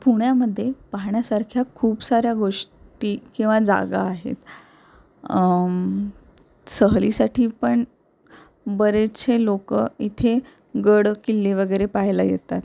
पुण्यामध्ये पाहण्यासारख्या खूप साऱ्या गोष्टी किंवा जागा आहेत सहलीसाठी पण बरेचशे लोक इथे गड किल्ले वगैरे पाहायला येतात